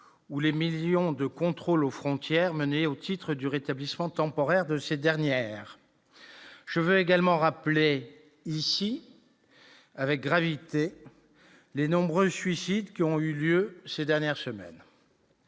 où les millions de contrôles aux frontières mené au titre du rétablissement temporaire de ces dernières, je veux également rappeler ici avec gravité les nombreuses suicides qui ont eu lieu ces dernières semaines.